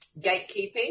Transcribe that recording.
gatekeeping